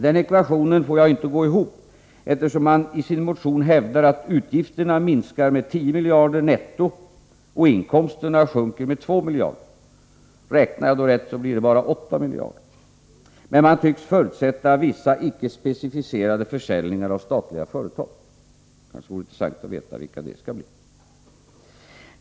Den ekvationen får jag inte att gå ihop, eftersom man i sin motion hävdar att utgifterna miskar med 10 miljarder netto och inkomsterna sjunker med 2 miljarder. Räknar jag då rätt blir det bara 8 miljarder. Men man tycks förutsätta vissa icke specificerade försäljningar av statliga företag. Det vore intressant att få veta vilka det skall bli.